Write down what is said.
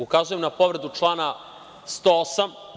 Ukazujem na povredu člana 108.